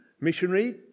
missionary